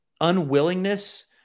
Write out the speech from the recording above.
unwillingness